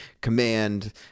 command